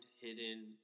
hidden